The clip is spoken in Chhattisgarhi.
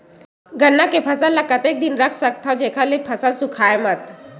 गन्ना के फसल ल कतेक दिन तक रख सकथव जेखर से फसल सूखाय मत?